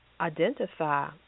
identify